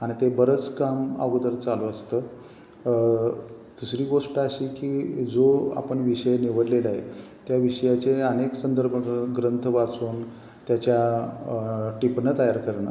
आणि ते बरंच काम अगोदर चालू असतं दुसरी गोष्ट अशी की जो आपण विषय निवडलेला आहे त्या विषयाचे अनेक संदर्भ ग्रंथ वाचून त्याच्या टिपनं तयार करणं